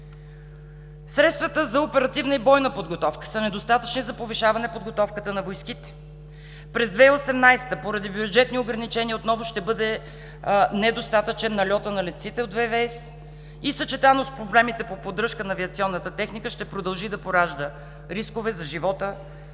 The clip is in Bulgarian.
Средствата за оперативна и бойна подготовка са недостатъчни за повишаване на подготовката на войските. През 2018 г. поради бюджетни ограничения отново ще бъде недостатъчен нальота на летците от Военновъздушните сили и съчетано с проблемите по поддръжка на авиационната техника ще продължи да поражда рискове за живота